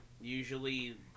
usually